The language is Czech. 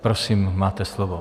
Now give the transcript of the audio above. Prosím, máte slovo.